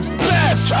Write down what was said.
best